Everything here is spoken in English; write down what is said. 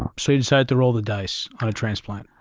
um so you decided to roll the dice on a transplant.